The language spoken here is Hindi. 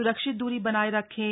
सुरक्षित दूरी बनाए रखें